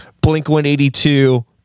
Blink-182